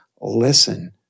listen